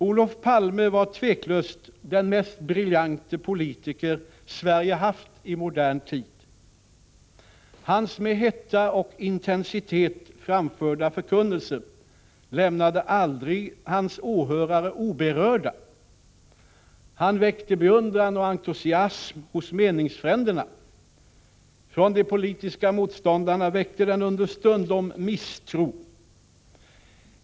Olof Palme var tveklöst den mest briljante politiker Sverige haft i modern tid. Hans med hetta och intensitet framförda förkunnelse lämnade aldrig hans åhörare oberörda. Den väckte beundran och entusiasm hos meningsfränderna — hos de politiska motståndarna väckte den understundom misstro.